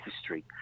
history